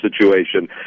situation